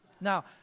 Now